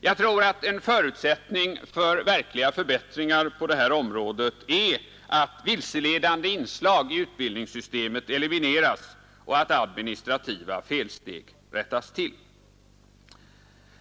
Jag tror att en förutsättning för verkliga förbättringar på det här området är att vilseledande inslag i utbildningssystemet elimineras och att administrativa felsteg rättas till.